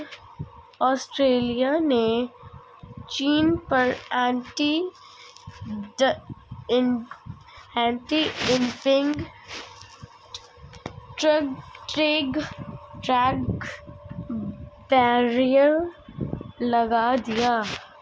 Australia ने चीन पर एंटी डंपिंग ट्रेड बैरियर लगा दिया